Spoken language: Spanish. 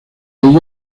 ello